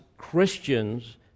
Christians